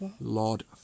Lord